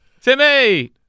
Timmy